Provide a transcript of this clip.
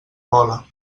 pola